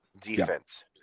defense